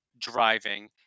driving